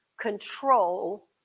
control